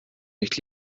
nicht